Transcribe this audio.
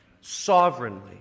sovereignly